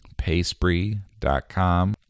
payspree.com